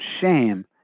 shame